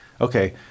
Okay